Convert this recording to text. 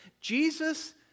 Jesus